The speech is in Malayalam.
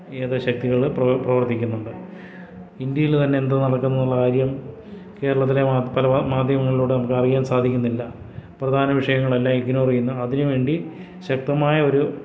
ഏറെ ശക്തികൾ പ്രവർത്തിക്കുന്നുണ്ട് ഇന്ത്യയിൽ തന്നെ എന്തോ നടക്കുന്നുള്ള കാര്യം കേരളത്തിലെ പല മാധ്യമങ്ങളിലൂടെ നമുക്കറിയാൻ സാധിക്കുന്നില്ല പ്രധാന വിഷയങ്ങളെല്ലാം ഇഗ്നോർ ചെയ്യുന്നു അതിനു വേണ്ടി ശക്തമായ ഒരു